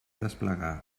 desplegar